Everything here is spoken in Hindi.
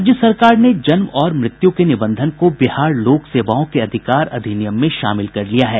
राज्य सरकार ने जन्म और मृत्यु के निबंधन को बिहार लोक सेवाओं के अधिकार अधिनियम में शामिल कर लिया है